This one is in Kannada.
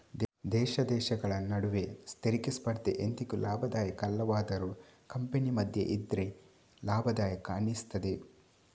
ದೇಶ ದೇಶಗಳ ನಡುವೆ ತೆರಿಗೆ ಸ್ಪರ್ಧೆ ಎಂದಿಗೂ ಲಾಭದಾಯಕ ಅಲ್ಲವಾದರೂ ಕಂಪನಿ ಮಧ್ಯ ಇದ್ರೆ ಲಾಭದಾಯಕ ಅನಿಸ್ತದೆ